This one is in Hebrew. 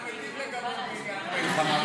אנחנו מתים לגבות בעניין המלחמה,